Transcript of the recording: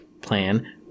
plan